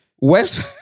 West